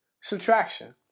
subtraction